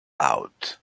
out